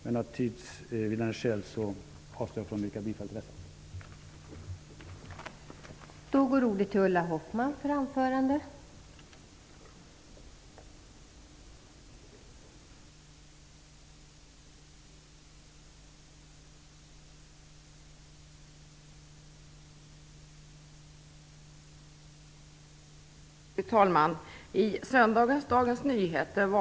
Men för tids vinnande avstår jag från att yrka bifall till dessa.